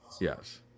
Yes